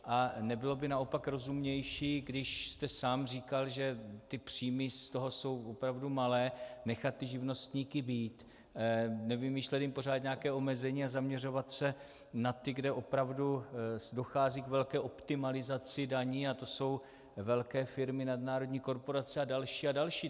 A nebylo by naopak rozumnější, když jste sám říkal, že ty příjmy z toho jsou opravdu malé, nechat ty živnostníky být, nevymýšlet jim pořád nějaká omezení a zaměřovat se na ty, kde opravdu dochází k velké optimalizaci daní, a to jsou velké firmy, nadnárodní korporace a další a další?